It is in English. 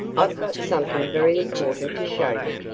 i've got something very important to show you,